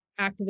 activist